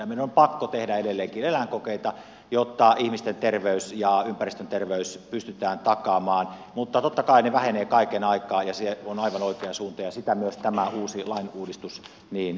meidän on pakko tehdä edelleenkin eläinkokeita jotta ihmisten terveys ja ympäristön terveys pystytään takaamaan mutta totta kai ne vähenevät kaiken aikaa ja se on aivan oikea suunta ja sitä myös tämä uusi lainuudistus edellyttää